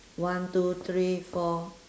one two three four